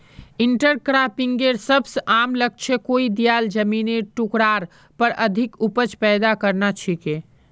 इंटरक्रॉपिंगेर सबस आम लक्ष्य कोई दियाल जमिनेर टुकरार पर अधिक उपज पैदा करना छिके